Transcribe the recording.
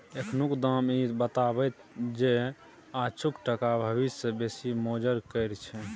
एखनुक दाम इ बताबैत छै आजुक टका भबिस सँ बेसी मोजर केर छै